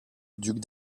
duc